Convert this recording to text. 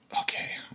okay